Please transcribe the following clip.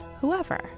whoever